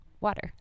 water